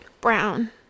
brown